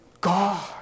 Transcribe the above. God